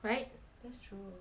right that's true